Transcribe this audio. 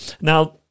Now